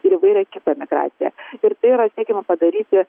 ir įvairą kitą migraciją ir tai yra siekiama padaryti